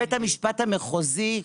בית המשפט המחוזי,